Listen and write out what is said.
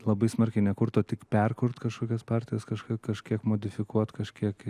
labai smarkiai nekurt o tik perkurti kažkokias partijas kažką kažkiek modifikuot kažkiek